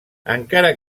encara